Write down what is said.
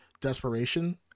desperation